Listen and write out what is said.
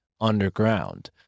underground